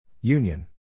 Union